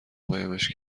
قایمش